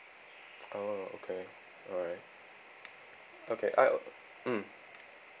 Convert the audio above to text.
oh okay alright okay I mm